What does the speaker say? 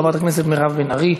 חברת הכנסת מירב בן ארי.